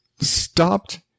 stopped